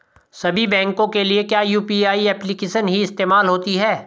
सभी बैंकों के लिए क्या यू.पी.आई एप्लिकेशन ही इस्तेमाल होती है?